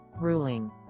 Ruling